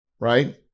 Right